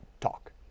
talk